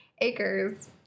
acres